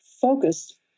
focused